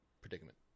predicament